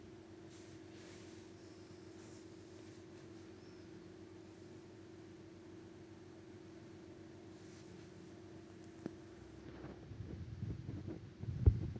యీ మద్దెకాలంలో కొత్తగా చానా రకాల కార్పొరేట్ ఫైనాన్స్ కంపెనీలు పుట్టుకొచ్చినై